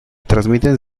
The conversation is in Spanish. transmiten